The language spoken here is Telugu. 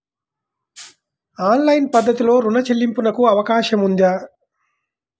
ఆన్లైన్ పద్ధతిలో రుణ చెల్లింపునకు అవకాశం ఉందా?